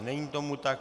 Není tomu tak.